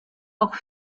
auch